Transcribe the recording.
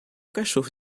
cachorro